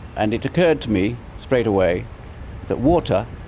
and it occurred to me straight away that water,